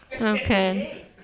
Okay